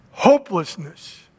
Hopelessness